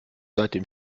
seitdem